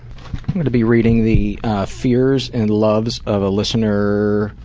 i'm going to be reading the fears and loves of a listener,